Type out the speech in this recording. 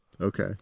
Okay